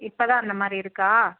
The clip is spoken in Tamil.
இப்போதான் அந்தமாதிரி இருக்கா